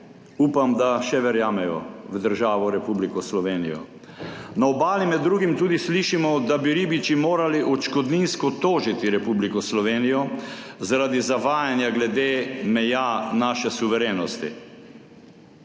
Upam, da še verjamejo v državo Republiko Slovenijo. Na obali med drugim tudi slišimo, da bi ribiči morali odškodninsko tožiti Republiko Slovenijo zaradi zavajanja glede meja naše suverenosti.